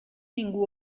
ningú